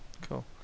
cool